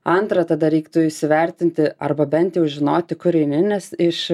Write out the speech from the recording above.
antra tada reiktų įsivertinti arba bent jau žinoti kur eini nes iš